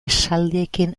esaldiekin